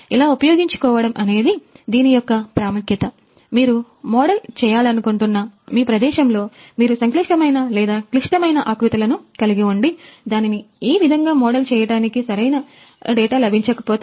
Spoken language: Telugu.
ఇలా ఉపయోగించుకోవడం అనేది దీని యొక్క ప్రాముఖ్యత మీరు మోడల్ చేయాలనుకుంటున్న మీ ప్రదేశంలో మీరు సంక్లిష్టమైన లేదా క్లిష్టమైన ఆకృతులను కలిగి ఉండి దానిని ఏ విధముగా మోడల్ చెయ్యటానికి సరైన దాటా లభించకపోతే